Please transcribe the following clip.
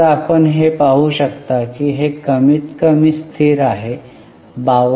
तर आपण हे पाहू शकता की हे कमीतकमी स्थिर आहे 52